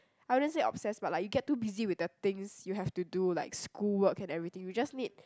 I wouldn't say obsessed but like you get too busy with the things you have to do like schoolwork and everything you just need